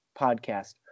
podcast